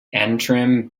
antrim